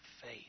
faith